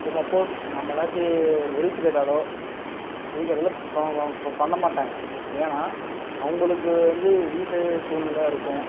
இப்போ சப்போஸ் நம்ம எதாச்சி ஹெல்ப் கேட்டாலோ எது கேட்டாலோ பண்ண மாட்டாங்க ஏன்னா அவங்களுக்கு வந்து வீட்டு சூழ்நிலையா இருக்கும்